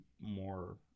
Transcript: more